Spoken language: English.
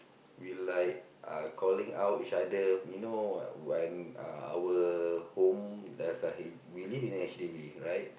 we like uh calling out each other you know when uh our home there's a H we live in a H_D_B right